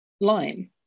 line